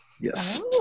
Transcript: Yes